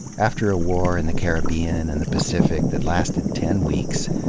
after a war in the caribbean and the pacific that lasted ten weeks,